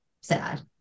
sad